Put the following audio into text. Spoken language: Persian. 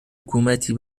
حکومتی